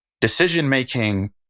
decision-making